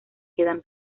quedan